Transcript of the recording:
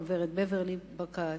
הגברת בברלי ברקת,